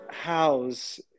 house